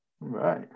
Right